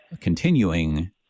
continuing